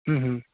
ও হু